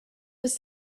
was